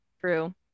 True